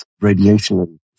radiation